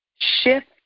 shift